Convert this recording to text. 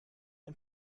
ein